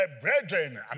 brethren